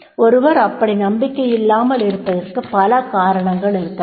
ஒருவர் அப்படி நம்பிக்கையில்லாமல் இருப்பதற்கு பல காரணங்கள் இருக்கலாம்